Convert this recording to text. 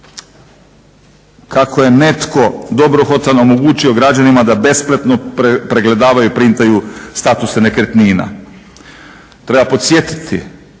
kako je netko dobrohotan omogućio građanima da besplatno pregledavaju i printaju statuse nekretnina. Treba podsjetiti,